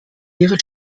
ihre